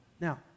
Now